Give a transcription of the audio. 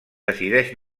decideix